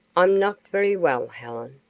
i'm not very well, helen,